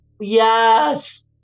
Yes